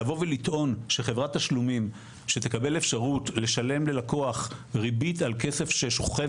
לבוא ולטעון שחברת תשלומים שתקבל אפשרות לשלם ללקוח ריבית על כסף ששוכב,